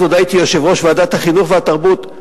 אז עוד הייתי יושב-ראש ועדת החינוך והתרבות,